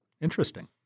Interesting